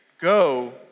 go